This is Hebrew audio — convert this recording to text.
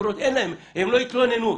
הם לא יתלוננו.